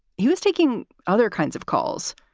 he was taking other kinds of calls.